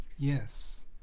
Yes